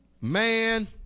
man